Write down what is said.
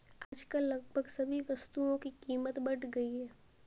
आजकल लगभग सभी वस्तुओं की कीमत बढ़ गई है